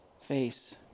face